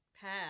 pair